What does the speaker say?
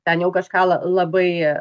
ten jau kažką la labai